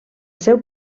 seu